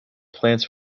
plans